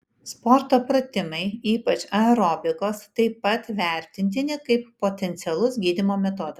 sporto pratimai ypač aerobikos taip pat vertintini kaip potencialus gydymo metodas